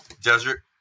Desert